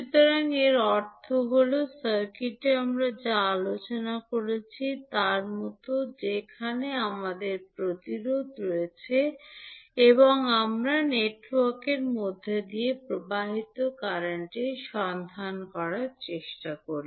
সুতরাং এর অর্থ হল সার্কিটে আমরা যা আলোচনা করেছি তার মতো যেখানে আমাদের প্রতিরোধ রয়েছে এবং আমরা নেটওয়ার্কের মধ্য দিয়ে প্রবাহিত কারেন্ট সন্ধান করার চেষ্টা করি